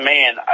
Man